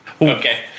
Okay